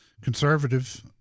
conservative